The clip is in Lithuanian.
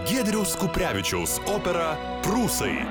giedriaus kuprevičiaus operą prūsai